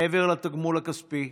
מעבר לתגמול הכספי,